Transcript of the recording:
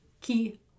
key